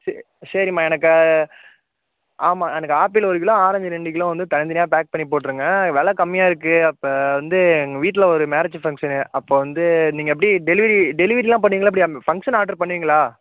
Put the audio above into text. சரி சரிம்மா எனக்கு ஆமாம் எனக்கு ஆப்பிள் ஒரு கிலோ ஆரஞ்சு ரெண்டு கிலோ வந்து தனித் தனியாக பேக் பண்ணி போட்டுருங்க வெலை கம்மியாக இருக்கு அப்போ வந்து எங்கள் வீட்டில் ஒரு மேரேஜ் ஃபங்க்ஷனு அப்போ வந்து நீங்கள் எப்படி டெலிவெரி டெலிவெரில்லாம் பண்ணுவீங்களா எப்படி ஃபங்க்ஷன் ஆட்ரு பண்ணுவீங்களா